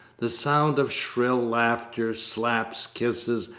the sound of shrill laughter, slaps, kisses,